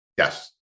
Yes